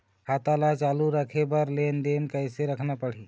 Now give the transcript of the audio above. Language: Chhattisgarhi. खाता ला चालू रखे बर लेनदेन कैसे रखना पड़ही?